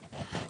כן.